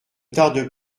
tarde